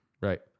Right